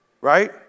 Right